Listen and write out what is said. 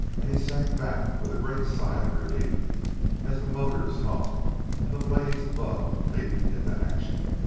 and he sank back with a great sigh of relief as the motors hummed and the blades above leaped into action.